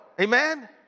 Amen